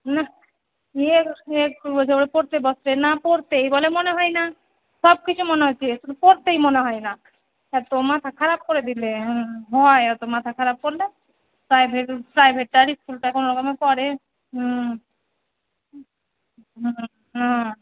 নাহ দিয়ে একটুকও সময় পড়তে বসে না পড়তেই বলে মনে হয় না সবকিছু মনে হচ্ছে শুধু পড়তেই মনে হয় না এত্তো মাথা খারাপ করে দিলে হুম হয় এত মাথা খারাপ করলে প্রাইভেট প্রাইভেটটা আর ইস্কুলটা কোনওরকমে পড়ে হুম হুঁ হুম হ্যাঁ